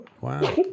wow